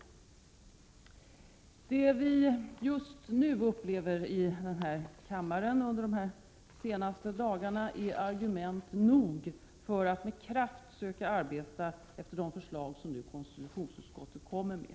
Fru talman! Det vi upplevt de senaste dagarna i denna kammare är argument nog för att med kraft söka arbeta efter de förslag som konstitutionsutskottet nu kommer med.